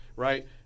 Right